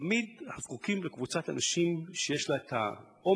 תמיד אנחנו זקוקים לקבוצת אנשים שיש לה האומץ,